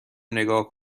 نگاه